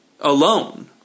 alone